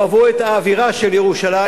יאהבו את האווירה של ירושלים.